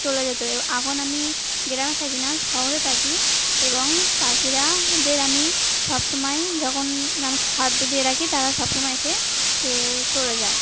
চলে যেত এখন আমি গ্রামে থাকি না শহরে থাকি এবং পাখিরাদের আমি সবসময় যখন আমি খাদ্য দিয়ে রাখি তারা সবসময় এসে খেয়ে চলে যায়